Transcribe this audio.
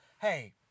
hey